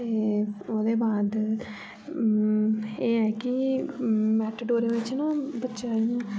ते ओह्दे बाद एह् ऐ कि मेटाडोरे बिच्च ना बच्चे दा